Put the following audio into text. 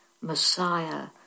Messiah